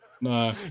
No